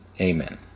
amen